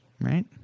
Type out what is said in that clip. Right